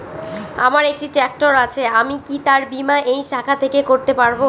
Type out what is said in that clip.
আমার একটি ট্র্যাক্টর আছে আমি কি তার বীমা এই শাখা থেকে করতে পারব?